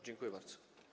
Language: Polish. Dziękuję bardzo.